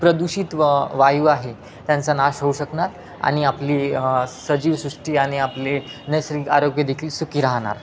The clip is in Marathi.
प्रदूषित व वायू आहे त्यांचा नाश होऊ शकणार आणि आपली सजीवसृष्टी आणि आपले नैसर्गिक आरोग्य देखील सुखी राहणार